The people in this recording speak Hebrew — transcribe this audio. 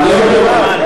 מעניין באמת.